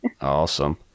Awesome